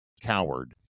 coward